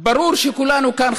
ברור שכולנו כאן,